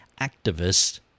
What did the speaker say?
activist